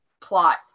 plot